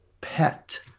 pet